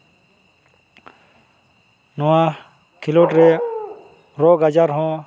ᱱᱚᱣᱟ ᱠᱷᱮᱞᱳᱰ ᱨᱮ ᱨᱳᱜᱽ ᱟᱡᱟᱨ ᱦᱚᱸ